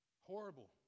horrible